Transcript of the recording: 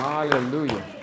Hallelujah